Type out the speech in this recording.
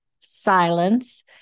silence